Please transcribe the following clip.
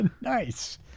nice